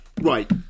Right